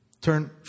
Turn